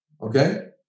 Okay